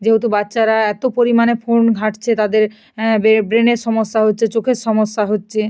যেহেতু বাচ্চারা এতো পরিমাণে ফোন ঘাঁটছে তাদের ব্রে ব্রেনের সমস্যা হচ্ছে চোখের সমস্যা হচ্ছে